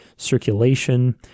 circulation